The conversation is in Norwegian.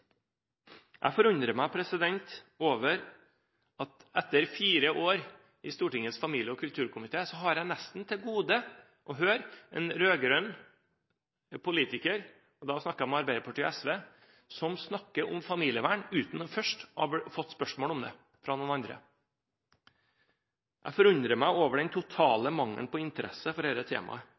forundrer meg at etter fire år i Stortingets familie- og kulturkomité har jeg nesten til gode å høre en rød-grønn politiker, og da snakker jeg om Arbeiderpartiet og SV, snakke om familievern uten først å ha fått spørsmål om det fra noen andre. Jeg forundrer meg over den totale mangelen på interesse for dette temaet.